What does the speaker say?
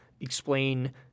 explain